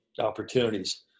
opportunities